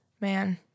Man